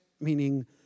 meaning